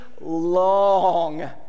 long